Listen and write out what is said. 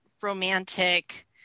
romantic